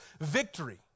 victory